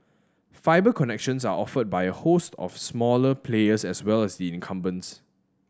fibre connections are offered by a host of smaller players as well as the incumbents